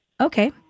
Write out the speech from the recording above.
Okay